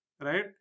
right